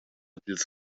dils